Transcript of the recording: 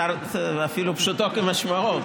ואפילו פשוטו כמשמעו,